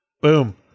Boom